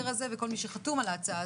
החוק